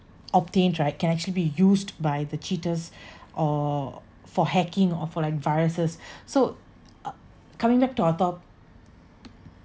obtained right can actually be used by the cheaters or for hacking or like viruses so uh coming back to our topic